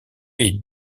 est